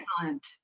Excellent